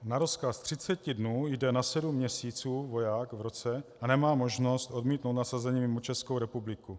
Na rozkaz třiceti dnů jde na sedm měsíců voják v roce a nemá možnost odmítnout nasazení mimo Českou republiku.